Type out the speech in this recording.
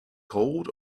cold